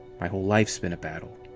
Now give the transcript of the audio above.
my whole life's been a battle.